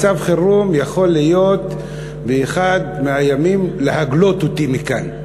מצב חירום יכול להיות באחד מהימים להגלות אותי מכאן,